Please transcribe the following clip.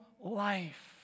life